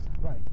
Right